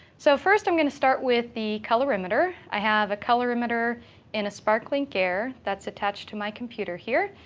so first, i'm going to start with the colorimeter. i have a colorimeter and a sparklink air that's attached to my computer here.